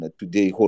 today